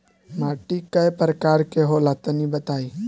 माटी कै प्रकार के होला तनि बताई?